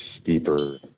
steeper